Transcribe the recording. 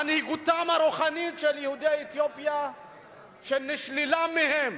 מנהיגותם הרוחנית של יהודי אתיופיה נשללה מהם.